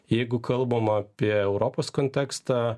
jeigu kalbam apie europos kontekstą